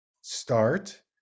start